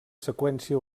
seqüència